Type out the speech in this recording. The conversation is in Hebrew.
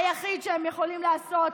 היחיד שהם יכולים לעשות,